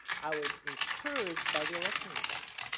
i was encouraged by the election results.